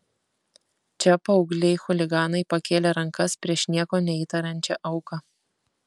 čia paaugliai chuliganai pakėlė rankas prieš nieko neįtariančią auką